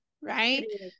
Right